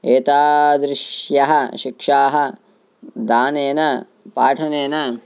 एतादृश्यः शिक्षाः दानेन पाठनेन